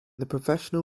professional